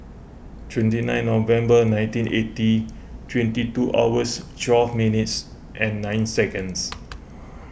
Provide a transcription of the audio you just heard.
twenty nine November nineteen eighty twenty two hours twelve minutes and nine seconds